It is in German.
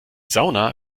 sauna